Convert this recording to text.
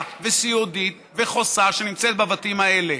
וסיעודית וחוסה שנמצאת בבתים האלה.